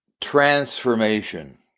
transformation